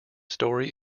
story